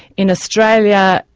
in australia,